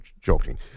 joking